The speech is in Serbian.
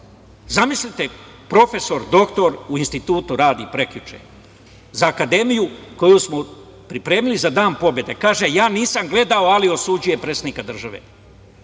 Zamislite profesor doktora u institutu radi, prekjuče, za akademiju koju smo pripremili za Dan pobede, kaže – ja nisam gledao, ali osuđuje predsednika države.